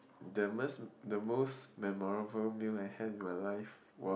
the most the most memorable meal I had in my life was